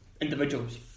individuals